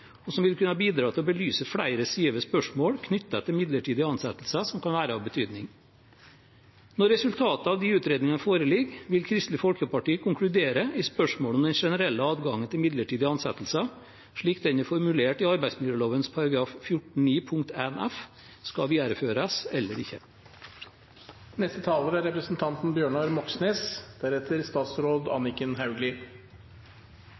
og som vil kunne bidra til å belyse flere sider ved spørsmål knyttet til midlertidige ansettelser som kan være av betydning. Når resultatet av de utredningene foreligger, vil Kristelig Folkeparti konkludere i spørsmålet om hvorvidt den generelle adgangen til midlertidige ansettelser, slik den er formulert i arbeidsmiljøloven § 14-9 første ledd bokstav f, skal videreføres eller